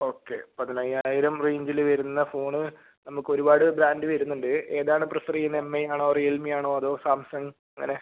okay പതിനയ്യായിരം റേഞ്ചിൽ വരുന്ന ഫോൺ നമുക്കൊരുപാട് ബ്രാൻഡ് വരുന്നുണ്ട് ഏതാണ് പ്രിഫർ ചെയ്യുന്നത് എം ഐ ആണോ റിയൽമി ആണോ സാംസങ്ങ് അങ്ങനെ